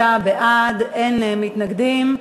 26 בעד, אין מתנגדים.